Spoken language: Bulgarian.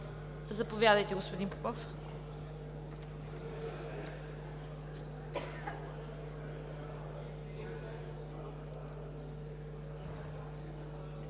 Заповядайте, господин Попов.